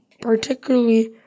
particularly